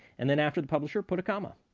and then, after the publisher, put a comma.